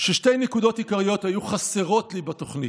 ששתי נקודות עיקריות היו חסרות לי בתוכנית: